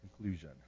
conclusion